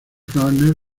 garner